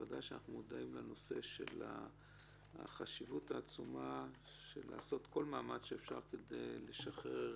ודאי שאנחנו מודעים לחשיבות העצומה של לעשות כל מאמץ אפשרי כדי לשחרר